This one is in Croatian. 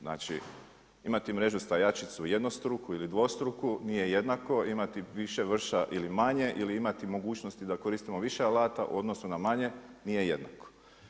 Znači imati mrežu stajačicu jednostruku ili dvostruku nije jednako, imati više vrša ili manje ili imati mogućnosti da koristimo više alata u odnosu na manje nije jednako.